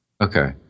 Okay